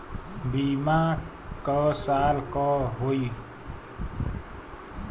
बीमा क साल क होई?